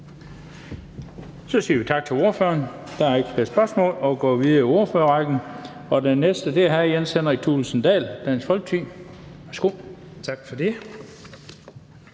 Så siger vi tak til ordføreren. Der er ikke flere spørgsmål. Vi går videre i ordførerrækken, og den næste er hr. Jens Henrik Thulesen Dahl, Dansk Folkeparti. Værsgo. Kl.